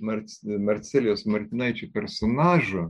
marc marcelijaus martinaičio personažo